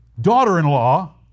daughter-in-law